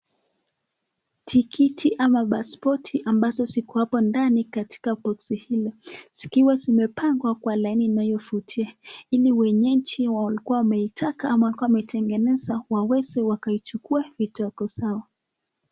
Tikiti ama paspoti ambazo ziko hapo ndani katika boxi hilo, zikiwa zimepangwa kwa laini inayovutia, ili wenjeji walikuwa wameitaka ama walikuwa wameitengeneza waweze wakaichukua vidogo zao.